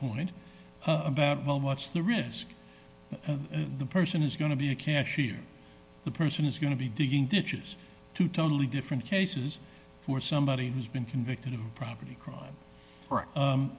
point about well much the risk and the person is going to be a cashier the person is going to be digging ditches two totally different cases for somebody who's been convicted of property crime right